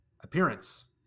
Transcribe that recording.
appearance